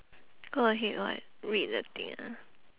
go ahead what read the thing ah